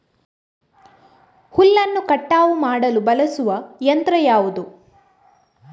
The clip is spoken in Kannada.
ಹುಲ್ಲನ್ನು ಕಟಾವು ಮಾಡಲು ಬಳಸುವ ಯಂತ್ರ ಯಾವುದು?